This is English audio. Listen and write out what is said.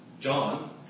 John